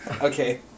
Okay